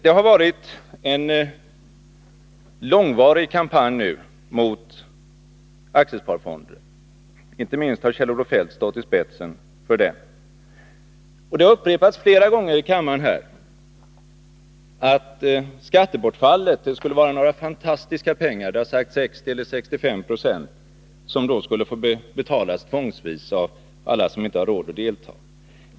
Det har nu länge förts en kampanj mot aktiesparfonder — inte minst Kjell-Olof Feldt har stått i spetsen för den. Och det har upprepats flera gånger här i kammaren att skattebortfallet skulle gälla fantastiskt mycket pengar. Det har sagts att 60 eller 65 90 skulle få betalas tvångsvis av alla dem som inte har råd att delta.